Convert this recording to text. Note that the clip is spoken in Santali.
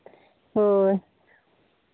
ᱦᱮᱸ